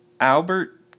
Albert